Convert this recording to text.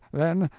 then,